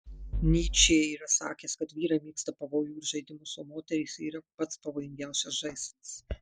nyčė yra sakęs kad vyrai mėgsta pavojų ir žaidimus o moterys yra pats pavojingiausias žaislas